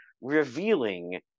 revealing